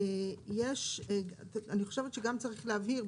אני חושבת שגם צריך להבהיר.